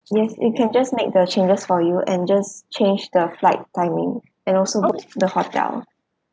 yes we can just make the changes for you and just change the flight timing and also book the hotel